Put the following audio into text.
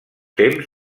temps